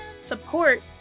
support